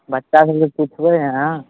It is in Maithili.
बच्चा सबसँ पुछबै अहाँ